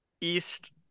East